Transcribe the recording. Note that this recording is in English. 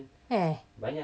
eh